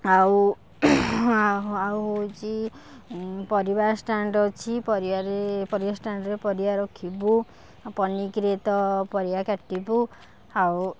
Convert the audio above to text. ଆଉ ଆଉ ହଉଛି ପରିବା ଷ୍ଟାଣ୍ଡ ଅଛି ପରିବାରେ ପରିବା ଷ୍ଟାଣ୍ଡରେ ପରିବା ରଖିବୁ ଆଉ ପନିକିରେ ତ ପରିବା କାଟିବୁ ଆଉ